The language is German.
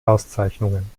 auszeichnungen